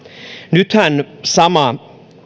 nythän sama